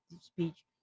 speech